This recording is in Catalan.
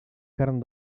carn